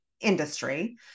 industry